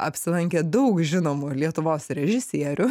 apsilankė daug žinomų lietuvos režisierių